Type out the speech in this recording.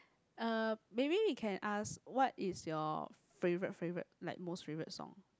uh maybe we can ask what is your favourite favourite like most favourite song